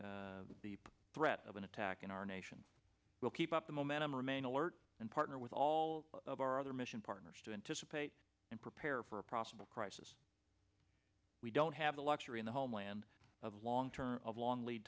the threat of an attack on our nation we'll keep up the momentum remain alert and partner with all of our other mission partners to anticipate and prepare for a possible i says we don't have the luxury in the homeland of long term of long lead